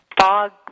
fog